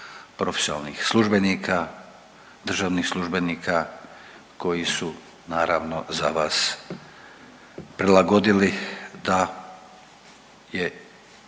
profesionalnih službenika, državnih službenika koji su naravno, za vas prilagodili da je